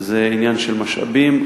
זה עניין של משאבים.